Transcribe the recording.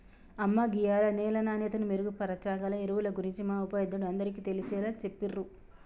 అమ్మ గీయాల నేల నాణ్యతను మెరుగుపరచాగల ఎరువుల గురించి మా ఉపాధ్యాయుడు అందరికీ తెలిసేలా చెప్పిర్రు